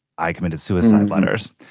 i committed suicide letters.